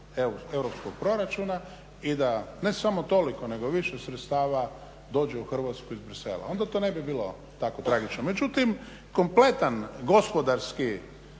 europskog proračuna. I da ne samo toliko nego i više sredstva dođe u Hrvatsku iz Brisela. Onda to ne bi bilo tako tragično. Međutim, kompletan gospodarski